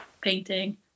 painting